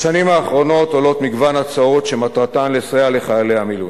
בשנים האחרונות עולות מגוון הצעות שמטרתן לסייע לחיילי המילואים,